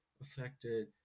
affected